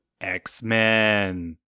X-Men